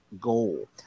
goal